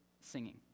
singing